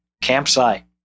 campsite